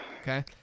okay